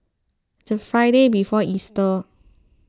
the Friday before Easter